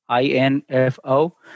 INFO